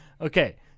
okay